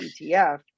ETF